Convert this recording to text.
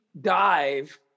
dive